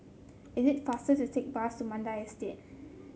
it is faster to take bus to Mandai Estate